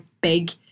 big